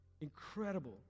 incredible